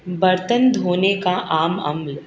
برتن دھونے کا عام عمل